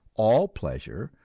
all pleasure,